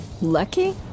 Lucky